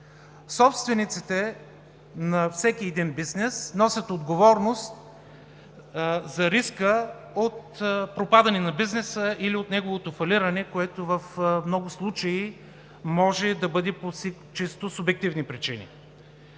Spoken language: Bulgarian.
Собствениците на всеки един бизнес носят отговорност за риска от пропадане на бизнеса или от неговото фалиране, което в много случаи може да бъде по чисто субективни причини.